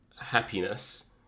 happiness